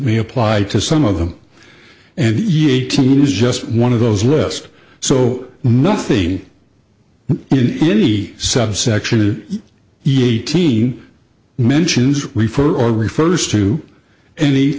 may apply to some of them and just one of those list so nothing in any subsection he eighteen mentions refer or refers to any